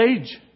age